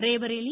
Raebareli